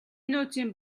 нөөцийн